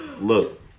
look